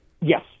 Yes